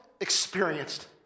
experienced